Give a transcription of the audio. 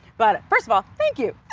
but first of all, thank you!